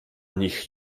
nich